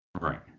Right